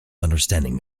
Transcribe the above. understanding